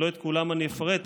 שלא את כולם אני אפרט,